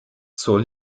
zur